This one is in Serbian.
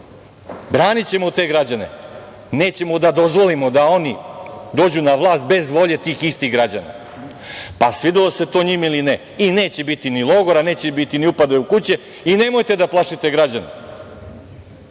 bogatiji. Branićemo te građane, nećemo da dozvolimo da oni dođu na vlast bez volje tih istih građana, pa svidelo se to njima ili ne i neće biti ni logora, neće biti ni upada u kuće i nemojte da plašite građane. Nemojte